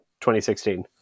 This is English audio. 2016